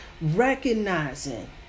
recognizing